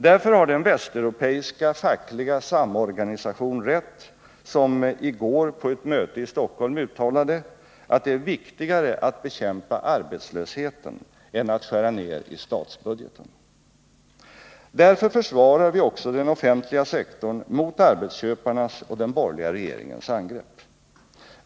Därför har den västeuropeiska fackliga samorganisation rätt som i går på ett möte i Stockholm uttalade att det är viktigare att bekämpa arbetslösheten än att skära ned i statsbudgeten. Därför försvarar vi också den offentliga sektorn mot arbetsköparnas och den borgerliga regeringens angrepp.